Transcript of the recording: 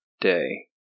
day